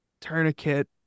Tourniquet